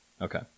Okay